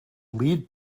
lead